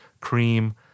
Cream